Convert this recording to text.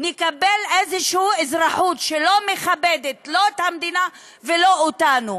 נקבל איזושהי אזרחות שלא מכבדת לא את המדינה ולא אותנו.